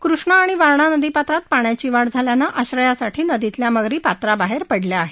कृष्णा आणि वारणा नदीपात्रात पाण्याची वाढ झाल्यानं आश्रयासाठी नदीतल्या मगरी पात्राबाहेर पडल्या आहेत